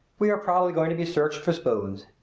we are probably going to be searched for spoons.